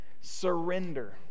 Surrender